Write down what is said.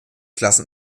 klassen